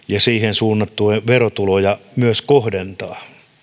suunnattuja verotuloja myös kohdentaa